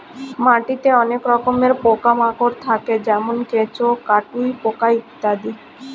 মাটিতে অনেক রকমের পোকা মাকড় থাকে যেমন কেঁচো, কাটুই পোকা ইত্যাদি